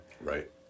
Right